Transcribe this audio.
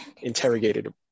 interrogated